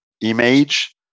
image